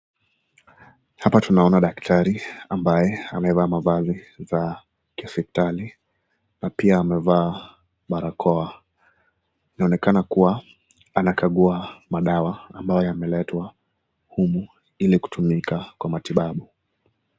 Hapa tunaona daktari ambaye amevaa mavazi za kihospitali, na pia amevaa barakoa. Inaonekana kuwa anakaguwa madawa, ambayo yameletwa humu ili kutumika kwa matibabu.